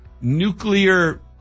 nuclear